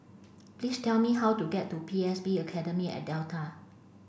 please tell me how to get to P S B Academy at Delta